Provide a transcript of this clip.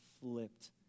flipped